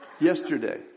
yesterday